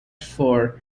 for